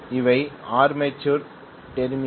அவை armature terminal